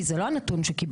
כי זה לא הנתון שקיבלנו.